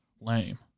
Lame